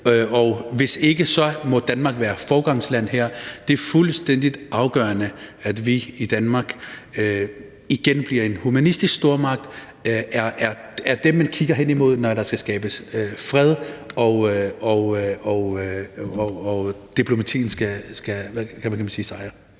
hvis ikke, må Danmark være foregangsland her. Det er fuldstændig afgørende, at vi i Danmark igen bliver en humanistisk stormagt og er dem, man kigger hen imod, når der skal skabes fred, og når diplomatiet skal sejre.